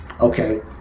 Okay